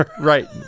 Right